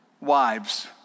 wives